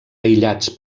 aïllats